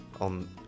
on